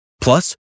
Plus